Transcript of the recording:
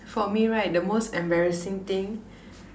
for me right the most embarrassing thing